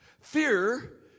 Fear